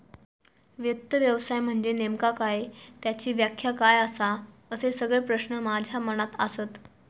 वित्त व्यवसाय म्हनजे नेमका काय? त्याची व्याख्या काय आसा? असे सगळे प्रश्न माझ्या मनात आसत